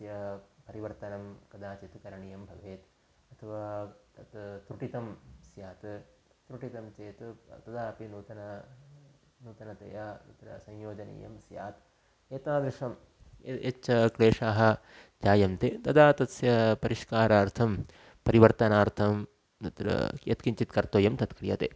तस्य परिवर्तनं कदाचित् करणीयं भवेत् अथवा तत् तृटितं स्यात् तृटितं चेत् तदापि नूतनं नूतनतया तत्र संयोजनीयं स्यात् एतादृशं यत् ये च क्लेशाः जायन्ते तदा तस्य परिष्कारार्थं परिवर्तनार्थं तत्र यत्किञ्चित् कर्तव्यं तत् क्रियते